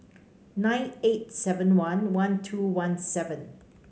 nine eight seven one one two one seven